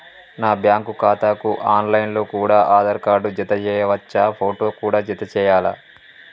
నా బ్యాంకు ఖాతాకు online లో కూడా ఆధార్ కార్డు జత చేయవచ్చా ఫోటో కూడా జత చేయాలా?